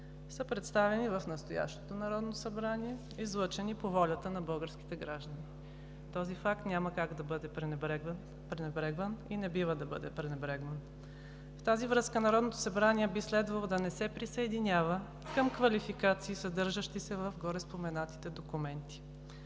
са представени в настоящото Народно събрание, излъчени по волята на българските граждани. Този факт няма как да бъде пренебрегван и не бива да бъде пренебрегван. В тази връзка Народното събрание би следвало да не се присъединява към квалификации, съдържащи се в гореспоменатите документи.